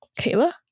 kayla